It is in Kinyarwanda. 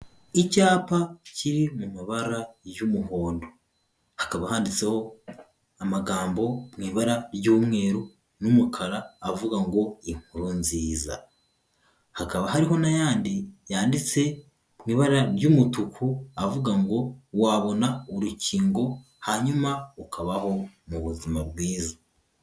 Icyapa kiri mu mabara y'umuhondo. Hakaba handitseho amagambo mu ibara ry'umweru n'umukara avuga ngo inkuru nziza. Hakaba hariho n'ayandi yanditse ku ibara ry'umutuku, avuga ngo wabona urukingo, hanyuma ukabaho mu buzima bwiza.